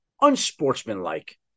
unsportsmanlike